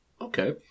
Okay